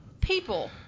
people